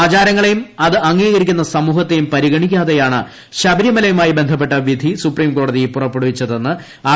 ആചാരങ്ങളെയും അത് അംഗീകരിക്കുന്ന സമൂഹത്തേയും പരിഗണിക്കാതെയാണ്ട് ശബരിമലയുമായി ബന്ധപ്പെട്ട ്വിധി സുപ്രീം കോട്ടതി പുറപ്പെടുവിച്ചതെന്ന് ആർ